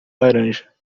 laranja